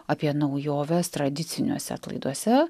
apie naujoves tradiciniose atlaiduose